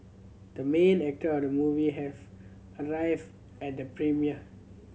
the main actor of the movie have arrive at the premiere